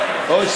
אוי,